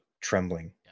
trembling